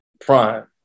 prime